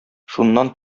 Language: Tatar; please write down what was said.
шуннан